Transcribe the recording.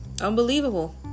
unbelievable